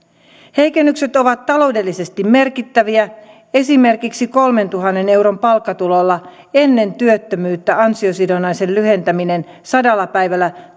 heikennykset ovat taloudellisesti merkittäviä esimerkiksi kolmentuhannen euron palkkatuloilla ennen työttömyyttä ansiosidonnaisen lyhentäminen sadalla päivällä